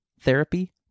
therapy